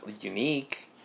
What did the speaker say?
unique